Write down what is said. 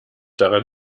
daran